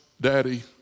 daddy